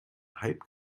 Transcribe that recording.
hype